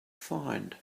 find